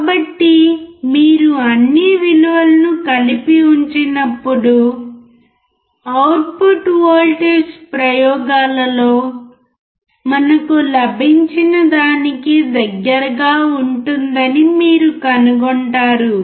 కాబట్టి మీరు అన్ని విలువలను కలిపి ఉంచినప్పుడు అవుట్పుట్ వోల్టేజ్ ప్రయోగాలలో మనకు లభించిన దానికి దగ్గరగా ఉంటుందని మీరు కనుగొంటారు